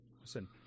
Listen